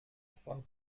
von